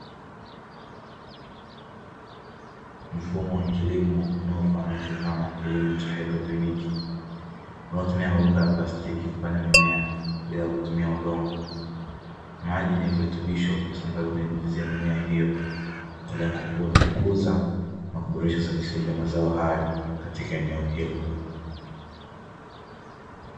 Mfumo wa kilimo unaofahamika kama kilimo cha haidroponi unaotumia mabomba ya plastiki kupanda mimea bila kutumia udongo, maji yenye virutubisho husambazwa kwenye mizizi ya mimea hiyo, kwa lengo kuu la kukuza na kuboresha uzalishaji wa mazao hayo katika eneo hilo.